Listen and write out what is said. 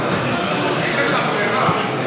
אין לך ברירה,